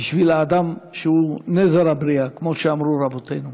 בשביל האדם, שהוא נזר הבריאה, כמו שאמרו רבותינו.